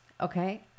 Okay